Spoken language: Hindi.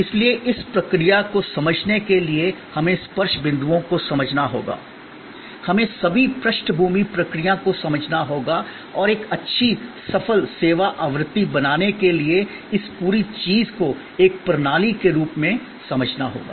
इसलिए इस प्रक्रिया को समझने के लिए हमें स्पर्श बिंदुओं को समझना होगा हमें सभी पृष्ठभूमि प्रक्रियाओं को समझना होगा और एक अच्छी सफल सेवा आवृत्ति बनाने के लिए इस पूरी चीज़ को एक प्रणाली के रूप में समझना होगा